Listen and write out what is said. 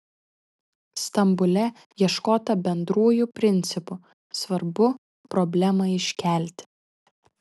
stambule ieškota bendrųjų principų svarbu problemą iškelti